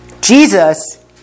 Jesus